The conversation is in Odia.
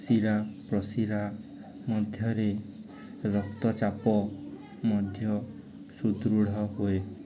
ଶିରା ପ୍ରଶିରା ମଧ୍ୟରେ ରକ୍ତଚାପ ମଧ୍ୟ ସୁଦୃଢ଼ ହୁଏ